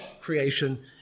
creation